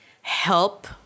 help